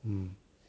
mm